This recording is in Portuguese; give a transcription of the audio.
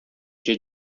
dia